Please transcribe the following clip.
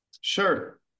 sure